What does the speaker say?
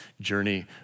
journey